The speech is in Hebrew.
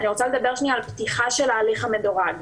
אני רוצה לדבר על פתיחת ההליך המדורג.